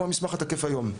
הוא המסמך התקף היום.